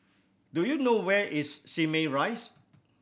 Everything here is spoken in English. do you know where is Simei Rise